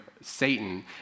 Satan